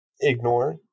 ignore